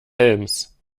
helms